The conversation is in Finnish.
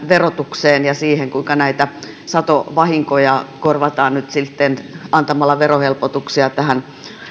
verotukseen ja siihen kuinka näitä satovahinkoja korvataan nyt antamalla verohelpotuksia